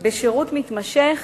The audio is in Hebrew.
בשירות מתמשך